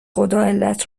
خداعلت